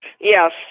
Yes